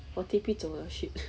我 T_P 怎么 shit